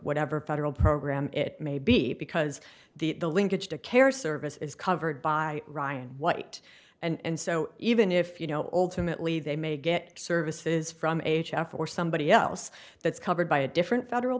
whatever federal program it may be because the the linkage to care service is covered by ryan white and so even if you know alternately they may get services from h f or somebody else that's covered by a different federal